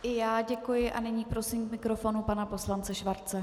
I já děkuji a nyní prosím k mikrofonu pana poslance Schwarze.